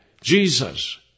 Jesus